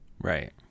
Right